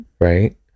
right